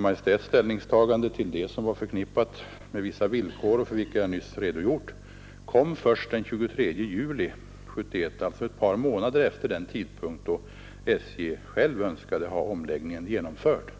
Maj:ts ställningstagande då, som var förknippat med vissa villkor, för vilka jag nyss har redogjort, meddelades först den 23 juli 1971, alltså ett par månader efter den tidpunkt då SJ självt önskat ha omläggningen genomförd.